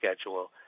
schedule